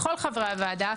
לכל חברי הוועדה,